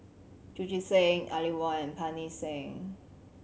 Chu Chee Seng Aline Wong and Pancy Seng